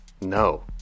No